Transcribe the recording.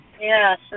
yes